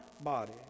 body